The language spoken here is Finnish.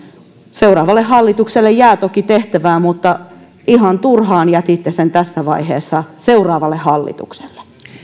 seuraavalle hallitukselle jää toki tehtävää mutta ihan turhaan jätitte sen tässä vaiheessa seuraavalle hallitukselle